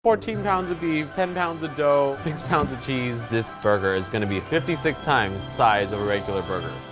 fourteen pounds of beef, ten pounds of dough, six pounds of cheese, this burger is gonna be fifty six times size of a regular burger.